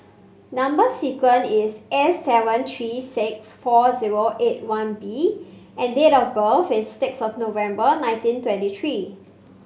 number sequence is S seven three six four zero eight one B and date of birth is six of the November nineteen twenty three